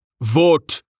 Vote